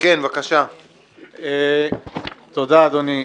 תודה אדוני.